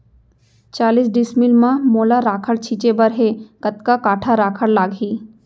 चालीस डिसमिल म मोला राखड़ छिंचे बर हे कतका काठा राखड़ लागही?